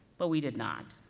but we did not.